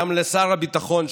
גם לשר הביטחון,